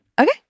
Okay